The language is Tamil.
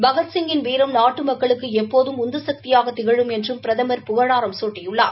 பகத்சிங்கின் வீரம் நாட்டு மக்களுக்கு எப்போதும் உந்துசக்தியாக திகழும் என்றும் பிரதமர் புகழாரம் குட்டியுள்ளார்